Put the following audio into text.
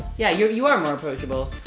yeah you you are more approachable.